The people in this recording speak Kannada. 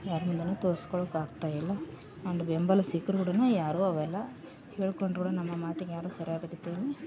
ಯಾರ ಮುಂದೇ ತೋರಿಸ್ಕೊಳ್ಳೊಕೆ ಆಗ್ತಾಯಿಲ್ಲ ಆ್ಯಂಡ್ ಬೆಂಬಲ ಸಿಕ್ಕರು ಕೂಡಾ ಯಾರು ಅವೆಲ್ಲಾ ಹೇಳಿಕೊಂಡ್ರು ಕೂಡ ನಮ್ಮ ಮಾತಿಗೆ ಯಾರು ಸರಿಯಾದ ರೀತಿಯಲ್ಲಿ